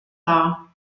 dar